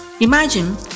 Imagine